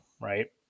right